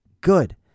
good